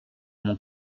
mon